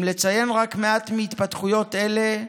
אם לציין רק מעט מהתפתחויות אלה: